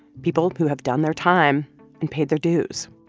people who have done their time and paid their dues.